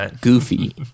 goofy